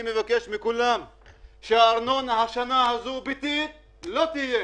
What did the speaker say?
אני מבקש מכולם שהארנונה הביתית בשנה הזאת לא תהיה,